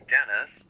Dennis